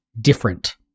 different